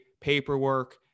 Paperwork